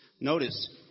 notice